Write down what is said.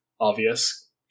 obvious